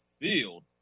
field